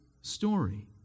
story